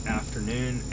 afternoon